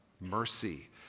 mercy